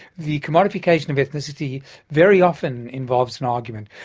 the commodification of ethnicity very often involves an argument.